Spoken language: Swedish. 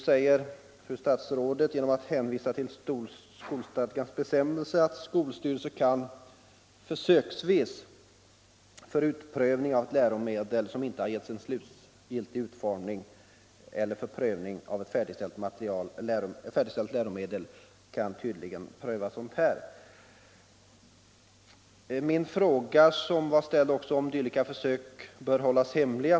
Fru statsrådet hänvisar till skolstadgan och säger att ett läromedel försöksvis kan antagas av skolstyrelsen i kommunen, om det sker för utprövning av läromedel som inte har givits slutlig utformning eller för prövning av färdigställt läromedel. Min fråga gällde också om dylika försök bör hållas hemliga.